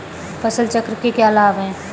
फसल चक्र के क्या लाभ हैं?